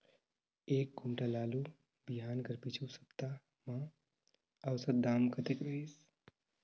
एक कुंटल आलू बिहान कर पिछू सप्ता म औसत दाम कतेक रहिस?